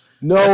no